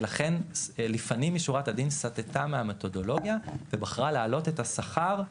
ולכן לפנים משורת הדין סטתה מהמתודולוגיה ובחרה להעלות את השכר,